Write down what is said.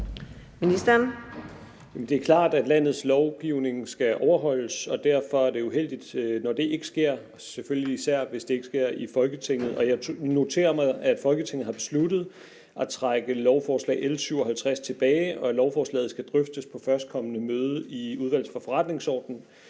Det er klart, at landets lovgivning skal overholdes, og derfor er det uheldigt, når det ikke sker, selvfølgelig især hvis det ikke sker i Folketinget. Og jeg noterer mig, at Folketinget har besluttet at trække lovforslag L 57 tilbage, og at lovforslaget skal drøftes på førstkommende møde i Udvalget for Forretningsordenen.